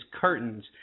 curtains